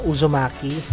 Uzumaki